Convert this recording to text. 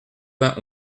vingt